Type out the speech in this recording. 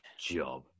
job